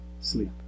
sleep